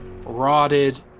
rotted